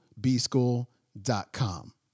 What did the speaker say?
bschool.com